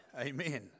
Amen